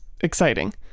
exciting